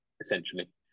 essentially